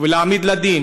ולהעמיד לדין